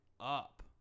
up